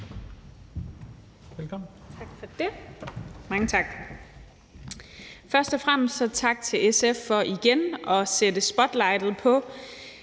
tak for det. Først og fremmest tak til SF for igen at sætte spotlightet på